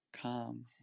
calm